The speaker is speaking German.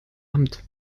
amt